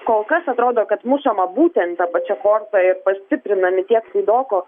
kol kas atrodo kad mušama būtent ta pačia korta ir pastiprinami tiek saidoko